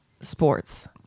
sports